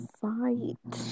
fight